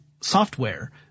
software